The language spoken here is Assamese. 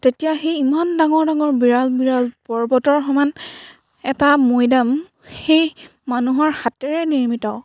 তেতিয়া সেই ইমান ডাঙৰ ডাঙৰ বিৰাল বিৰাল পৰ্বতৰ সমান এটা মৈদাম সেই মানুহৰ হাতেৰে নিৰ্মিত